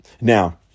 Now